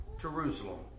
Jerusalem